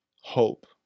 hope